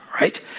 right